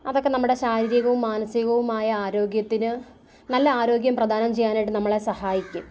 അതൊക്കെ നമ്മുടെ ശാരീരികവും മാനസികവുമായ ആരോഗ്യത്തിന് നല്ല ആരോഗ്യം പ്രധാനം ചെയ്യാനായിട്ട് നമ്മളെ സഹായിക്കും